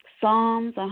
Psalms